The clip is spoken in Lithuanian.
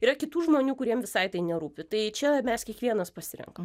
yra kitų žmonių kuriem visai tai nerūpi tai čia mes kiekvienas pasirenkam